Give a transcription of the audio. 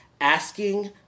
asking